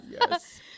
yes